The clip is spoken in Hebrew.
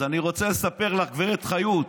אז אני רוצה לספר לך, גב' חיות: